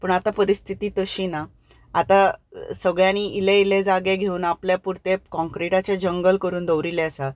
पूण आतां परिस्थिती तशी ना आतां सगळ्यांनी इल्ले इल्ले जागे घेवन आपले पुरते कॉंक्रिटाचें जांगल करून दवरिल्लें आसा